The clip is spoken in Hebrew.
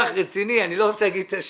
עד עכשיו האוצר התחייב לשלם את זה ולא הייתה